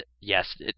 Yes